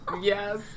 Yes